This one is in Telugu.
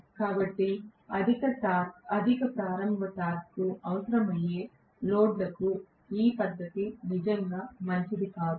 కాబట్టి అధిక ప్రారంభ టార్క్ అవసరమయ్యే లోడ్లకు ఈ పద్ధతి నిజంగా మంచిది కాదు